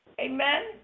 Amen